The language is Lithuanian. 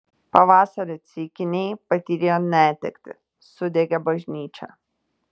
pavasarį ceikiniai patyrė netektį sudegė bažnyčia